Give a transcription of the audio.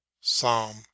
Psalm